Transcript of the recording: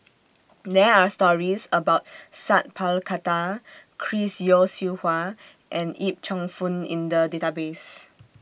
There Are stories about Sat Pal Khattar Chris Yeo Siew Hua and Yip Cheong Fun in The Database